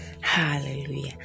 Hallelujah